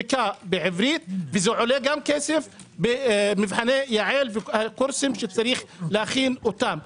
בדיקה בעברית וזה עולה גם כסף במבחני יעל והקורסים שצריכים להכין אותם.